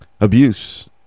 abuse